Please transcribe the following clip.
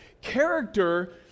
Character